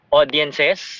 audiences